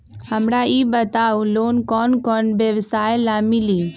हमरा ई बताऊ लोन कौन कौन व्यवसाय ला मिली?